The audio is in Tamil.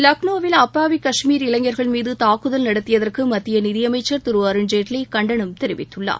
லக்னோவில் அப்பாவி காஷ்மீர் இளைஞர்கள் மீது தாக்குதல் நடத்தியதற்கு மத்திய நிதியமைச்சர் திரு அருண்ஜேட்லி கண்டனம் தெரிவித்துள்ளார்